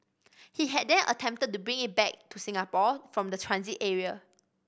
he had then attempted to bring it back to Singapore from the transit area